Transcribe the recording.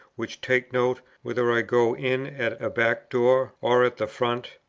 which take note whether i go in at a back door or at the front,